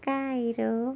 Cairo